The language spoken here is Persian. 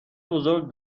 بزرگ